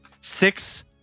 six